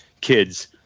kids